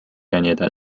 jne